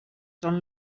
són